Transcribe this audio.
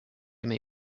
may